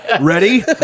Ready